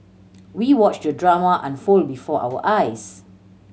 we watched the drama unfold before our eyes